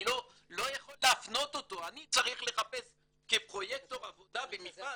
אני צריך לחפש כפרויקטור עבודה במפעל?